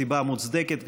סיבה מוצדקת,